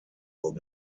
old